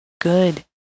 good